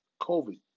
COVID